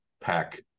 pack